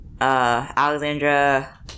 Alexandra